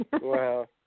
Wow